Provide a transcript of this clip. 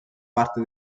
parte